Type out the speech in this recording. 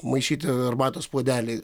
maišyti arbatos puodelį